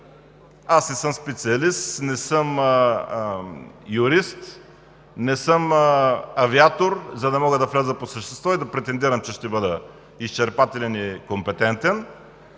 не съм специалист, не съм юрист, не съм авиатор, за да мога да вляза по същество и да претендирам, че ще бъда изчерпателен и компетентен,